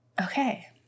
okay